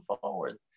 forward